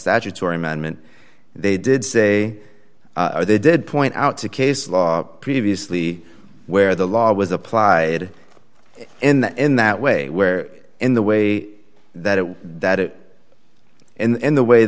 statutory amendment they did say they did point out to case law previously where the law was applied in in that way where in the way that it was that it and the way